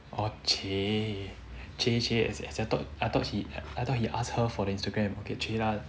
orh !chey! !chey! !chey! is I thought I thought he I thought he ask her for her instagram okay !chey! lah